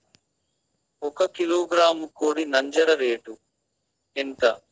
ఒక కిలోగ్రాము కోడి నంజర రేటు ఎంత?